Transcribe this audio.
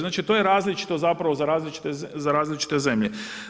Znači, to je različito zapravo za različite zemlje.